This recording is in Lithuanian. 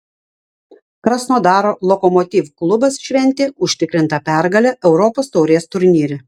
krasnodaro lokomotiv klubas šventė užtikrintą pergalę europos taurės turnyre